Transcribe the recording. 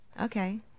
Okay